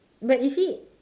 but you see